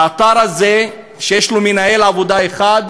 האתר הזה, שיש לו מנהל עבודה אחד,